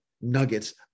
nuggets